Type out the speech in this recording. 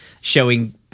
showing